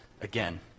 again